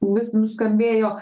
vis nuskambėjo